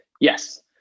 Yes